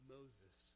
Moses